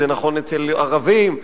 זה נכון אצל ערבים,